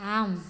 आम्